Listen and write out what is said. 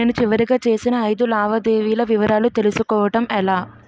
నేను చివరిగా చేసిన ఐదు లావాదేవీల వివరాలు తెలుసుకోవటం ఎలా?